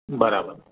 બરાબર